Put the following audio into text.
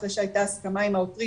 אחרי שהייתה הסכמה עם העותרים,